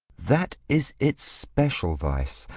that is its special vice.